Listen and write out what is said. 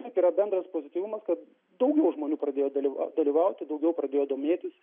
na tai yra bendras pozityvumas kad daugiau žmonių pradėjo daly dalyvauti daugiau pradėjo domėtis